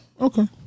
Okay